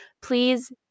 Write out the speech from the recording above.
please